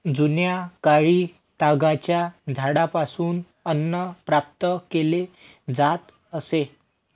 जुन्याकाळी तागाच्या झाडापासून अन्न प्राप्त केले जात असे